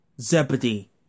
Zebedee